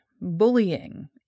bullying